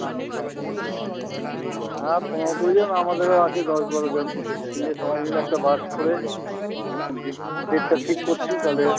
আছ হ্যাঁ পনেরো কুড়িজন আমাদেরও আছে দশ বারোজন মিলে সবাই মিলে একটা বাস করে ডেট ডেটটা ঠিক করছি তাহলে